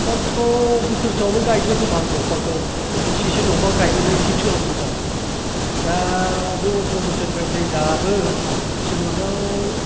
अथ्र' बोसोर सोआवनो गायदो खोमा आङो दंफांखो इसेसो दंफां गायबोनाय इसे सोलोंबोदों आं दा बे अथ्र'बोरसोरनिफ्राय नै दाबो इसोरनि अननायाव